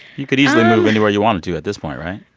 you could easily move anywhere you wanted to at this point, right?